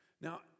Now